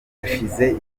hashize